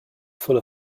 full